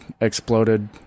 exploded